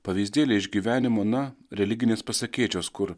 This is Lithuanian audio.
pavyzdėliai iš gyvenimo na religinės pasakėčios kur